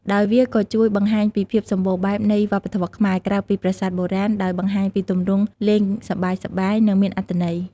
ដោយវាក៏ជួយបង្ហាញពីភាពសម្បូរបែបនៃវប្បធម៌ខ្មែរ ក្រៅពីប្រាសាទបុរាណ ដោយបង្ហាញពីទម្រង់លេងសប្បាយៗ និងមានអត្ថន័យ។